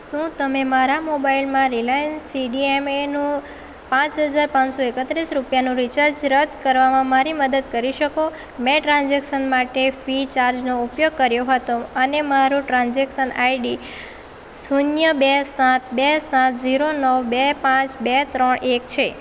શું તમે મારા મોબાઇલમાં રિલાયન્સ સીડીએમએ નું પાંચ હજાર પાંચસો એકત્રીસ રૂપિયાનું રિચાર્જ રદ કરવામાં મારી મદદ કરી શકો મેં ટ્રાન્ઝેક્શન માટે ફ્રીચાર્જનો ઉપયોગ કર્યો હતો અને મારું ટ્રાન્ઝેક્શન આઈડી શૂન્ય બે સાત બે સાત જીરો નવ બે પાંચ બે ત્રણ એક છે